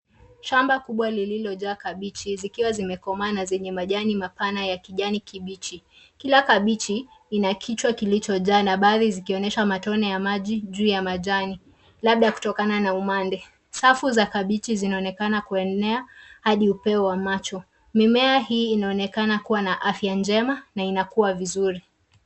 Shamba kubwa lililo jaa kabichi zikiwa zimekomaa na zenye majani mapana ya kijani kibichi. Kila kabichi inakichwa kilicho jaa na badhi zikionyesha matone ya maji juu ya majani. Labda kutokana na umande. Safu za kabichi zinaonekana kuenea hadi upeo wa macho. Mimea hii inonekana kuwa na afya njema na inakua vizuri.